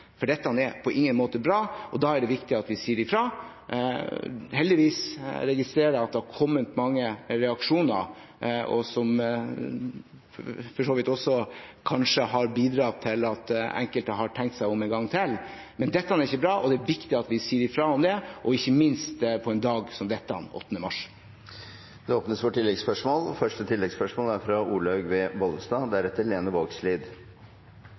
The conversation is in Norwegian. Heldigvis registrerer jeg at det har kommet mange reaksjoner, som for så vidt også kanskje har bidratt til at enkelte har tenkt seg om en gang til. Men dette er ikke bra, og det er viktig at vi sier i fra om det – ikke minst på en dag som denne, den 8. mars. Det blir oppfølgingsspørsmål – først Olaug V. Bollestad. Enkeltsaker er